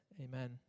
Amen